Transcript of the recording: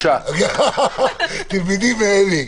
תלמדי מאלי.